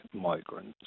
migrants